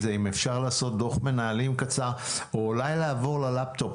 אם אפשר לעשות דוח מנהלים קצר או אולי לעבור ללפטופ,